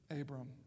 Abram